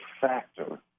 factor